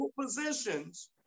positions